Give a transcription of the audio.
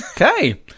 okay